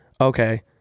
okay